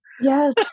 Yes